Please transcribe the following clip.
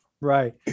right